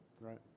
Right